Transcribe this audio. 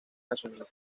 nacional